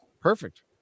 perfect